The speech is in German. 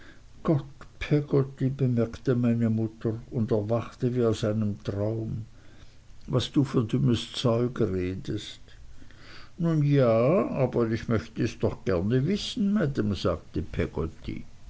bemerkte meine mutter und erwachte wie aus einem traum was du für dummes zeug redest nun ja aber ich möcht es doch gern wissen maam sagte peggotty